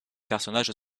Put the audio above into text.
personnage